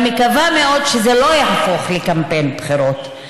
אני מקווה מאוד שזה לא יהפוך לקמפיין בחירות.